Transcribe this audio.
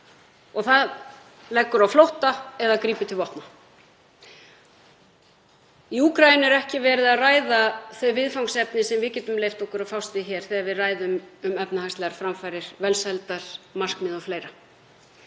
og það leggur á flótta eða grípur til vopna. Í Úkraínu er ekki verið að ræða þau viðfangsefni sem við getum leyft okkur að fást við hér þegar við ræðum um efnahagslegar framfarir, velsældarmarkmið o.fl.